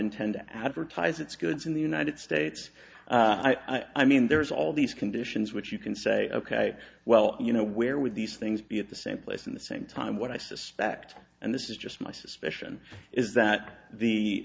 intend advertise its goods in the united states i mean there's all these conditions which you can say ok well you know where would these things be at the same place in the same time what i suspect and this is just my suspicion is that the